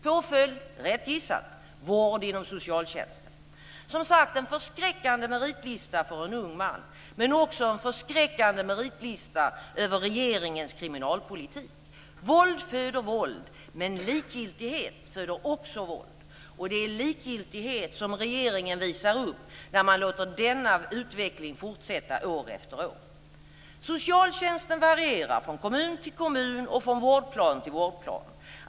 Påföljden blev, rätt gissat, vård inom socialtjänsten. Som sagt är det en förskräckande meritlista för en ung man, men också en förskräckande meritlista över regeringens kriminalpolitik. Våld föder våld, men likgiltighet föder också våld. Och det är likgiltighet som regeringen visar upp när man låter denna utveckling fortsätta år efter år. Socialtjänsten varierar från kommun till kommun och från vårdplan till vårdplan.